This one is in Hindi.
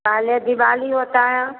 पहले दिवाली होता है